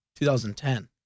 2010